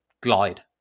glide